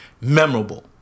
memorable